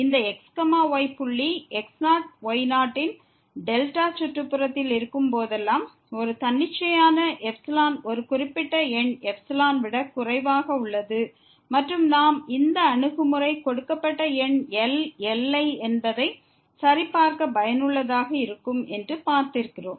இந்த x y புள்ளி x0 y0 ன் டெல்டா சுற்றுப்புறத்தில் இருக்கும் போதெல்லாம் ஒரு தன்னிச்சையான எப்சிலோன் ஒரு குறிப்பிட்ட எண் எப்சிலான் விட குறைவாக உள்ளது மற்றும் நாம் இந்த அணுகுமுறை கொடுக்கப்பட்ட எண் L என்பதை சரிபார்க்க பயனுள்ளதாக இருக்கும் என்று பார்த்திருக்கிறோம்